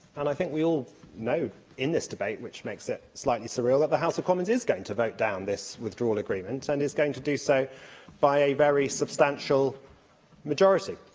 and i think we all know in this debate, which makes it slightly surreal, that the house of commons is going to vote down this withdrawal agreement and is going to do so by a very substantial majority.